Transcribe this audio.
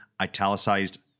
italicized